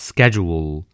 Schedule